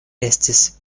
estis